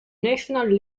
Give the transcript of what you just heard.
national